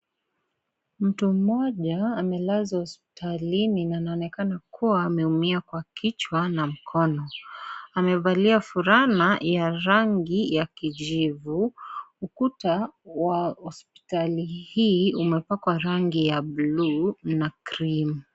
Mtu mmoja, amelazwa hospitalini na anaonekana kuwa, ameumia kwa kichwa na mkono. Amevalia fulana ya rangi ya kijivu. Ukuta wa hospitali hii, umepakwa rangi ya buluu na cream .